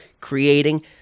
creating